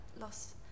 loss